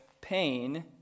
pain